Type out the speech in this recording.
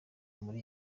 muri